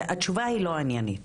התשובה היא לא עניינית